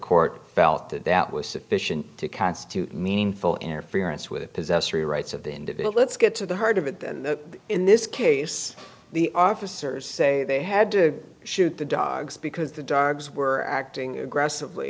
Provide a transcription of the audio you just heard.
court felt that that was sufficient to constitute meaningful interference with possessory rights of the end of it let's get to the heart of it in this case the officers say they had to shoot the dogs because the dogs were acting aggressively